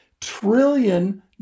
trillion